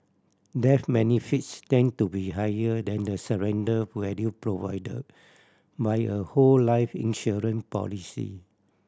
death benefits tend to be higher than the surrender value provided by a whole life insurance policy